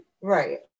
Right